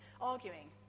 arguing